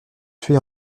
tué